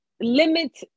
limit